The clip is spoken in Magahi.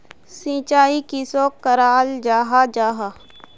सिंचाई किसोक कराल जाहा जाहा?